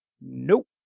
Nope